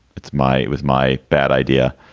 it's my with my bad idea,